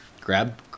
Grab